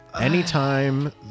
Anytime